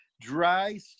Dry